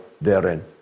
therein